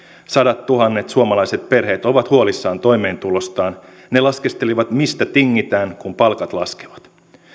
sadattuhannet suomalaiset perheet ovat huolissaan toimeentulostaan ne laskeskelevat mistä tingitään kun palkat laskevat